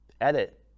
edit